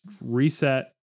reset